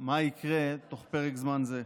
מה יקרה תוך פרק זמן זה.